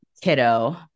kiddo